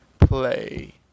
play